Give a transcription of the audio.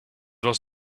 was